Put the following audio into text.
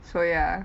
so ya